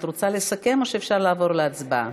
את רוצה לסכם או שאפשר לעבור להצבעה?